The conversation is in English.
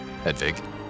Edvig